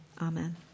amen